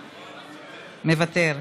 מוותר,